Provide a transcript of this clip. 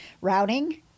routing